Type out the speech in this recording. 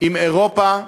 עם אירופה,